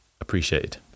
appreciated